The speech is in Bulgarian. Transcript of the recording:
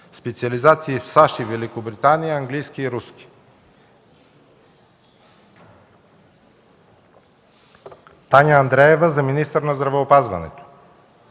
специализации в САЩ и Великобритания. Владее английски и руски. - Таня Андреева – министър на здравеопазването.